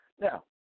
Now